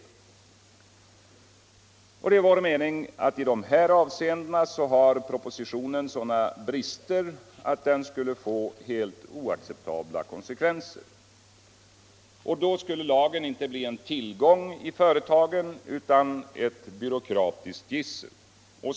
Det är vår mening att propositionen i dessa avseenden har sådana brister att den skulle få helt oacceptabla konsekvenser. Då skulle lagen inte bli en tillgång i företagen utan ett byråkratiskt gissel.